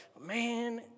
man